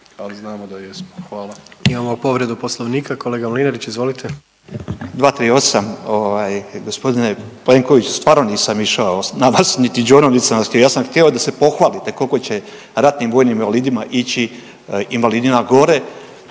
Gordan (HDZ)** Imamo povredu Poslovnika. Kolega Mlinarić izvolite. **Mlinarić, Stipo (DP)** 238. Gospodine Plenković stvarno nisam išao na vas niti đonom, niti sam vas htio. Ja sam htjeo da se pohvalite koliko će ratnim vojnim invalidima ići invalidnina gore.